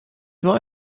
war